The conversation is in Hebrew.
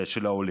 העולים.